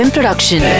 Production